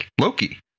Loki